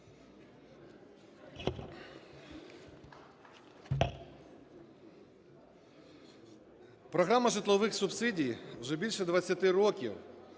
Програма житлових субсидій вже більше 20 років